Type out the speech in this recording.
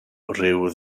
rhyw